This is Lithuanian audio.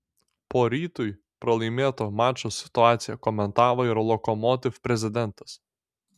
po rytui pralaimėto mačo situaciją komentavo ir lokomotiv prezidentas